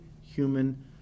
human